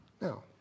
Now